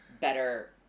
better